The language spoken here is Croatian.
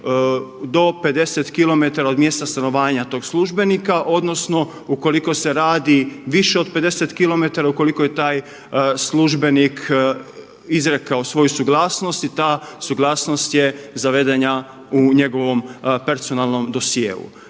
do 50km od mjesta stanovanja tog službenika odnosno ukoliko se radi više od 50km ukoliko je taj službenik izrekao svoju suglasnost i ta suglasnost je zavedena u njegovom personalnom dosjeu.